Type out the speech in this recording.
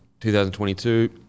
2022